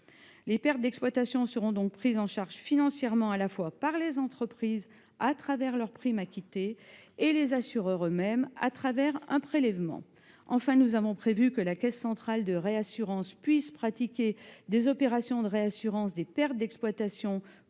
Les pertes d'exploitation seront donc prises en charge financièrement à la fois par les entreprises à travers les primes qu'elles acquitteront et par les assureurs eux-mêmes à travers un prélèvement. Enfin, nous avons prévu que la Caisse centrale de réassurance puisse pratiquer des opérations de réassurance des pertes d'exploitation consécutives